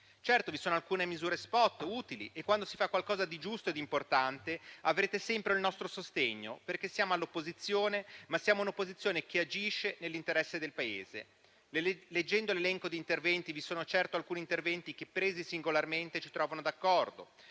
Certo, vi sono alcune misure spot utili e, quando si fa qualcosa di giusto ed importante, avrete sempre il nostro sostegno, perché siamo all'opposizione, ma siamo un'opposizione che agisce nell'interesse del Paese. Leggendo l'elenco di interventi, ve ne sono certo alcuni che, presi singolarmente, ci trovano d'accordo,